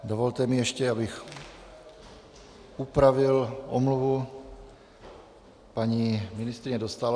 Dovolte mi ještě, abych upravil omluvu paní ministryně Dostálové.